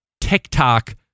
TikTok